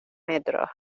metros